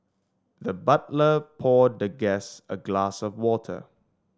the butler poured the guest a glass of water